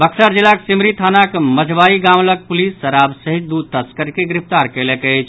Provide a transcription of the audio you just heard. बक्सर जिलाक सिमरी थानाक मझबारी गाम लऽग पुलिस शराब सहित दू तस्कर के गिरफ्तार कयलक अछि